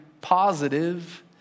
positive